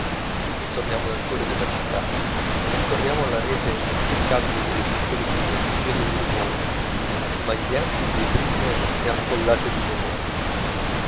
ritorniamo nel cuore della città percorriamo la rete inestricabile delle piccole vie piene di rumori smaglianti di vetrine e affollate di memorie